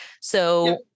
So-